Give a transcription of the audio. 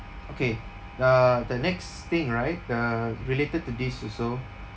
okay uh the next thing right uh related to this also